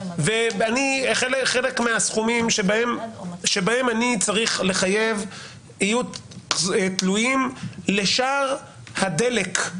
ושחלק מהסכומים שבהם אני צריך לחייב יהיו תלויים בשער הדלק,